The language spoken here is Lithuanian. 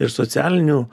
ir socialinių